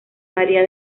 maría